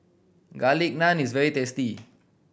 Garlic Naan is very tasty